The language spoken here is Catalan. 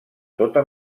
tota